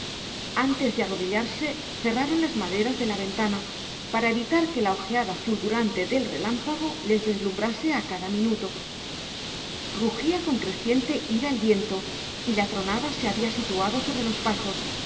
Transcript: antes de arrodillarse cerraron las maderas de la ventana para evitar que la ojeada fulgurante del relámpago les deslumbrase a cada minuto rugía con creciente ira el viento y la tronada se había situado sobre los pazos